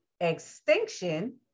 extinction